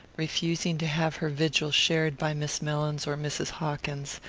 refusing to have her vigil shared by miss mellins or mrs. hawkins,